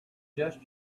just